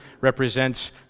represents